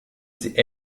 sie